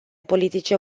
politice